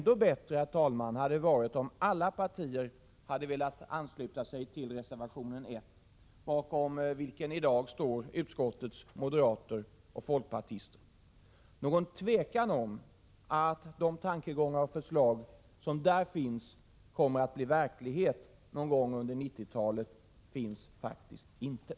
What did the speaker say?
Det hade varit ännu bättre om alla partier hade velat ansluta sig till reservation 1, vilken i dag utskottets moderater och folkpartister står bakom. Det finns faktiskt inte något tvivel om att de tankegångar och förslag som där tas upp kommer att realiseras någon gång under 1990-talet.